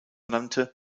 nannte